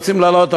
רוצים לעלות,